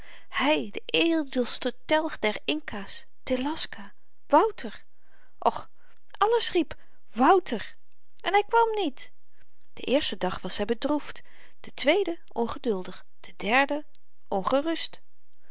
de edelste telg der inca's telasca wouter och alles riep wouter en hy kwam niet den eersten dag was zy bedroefd den tweeden ongeduldig den derden ongerust